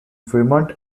fremont